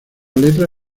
letra